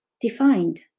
defined